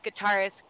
guitarist